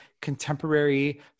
contemporary